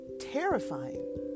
terrifying